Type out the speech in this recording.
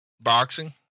boxing